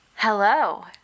Hello